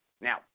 Now